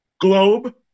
globe